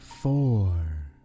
Four